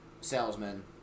salesman